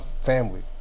family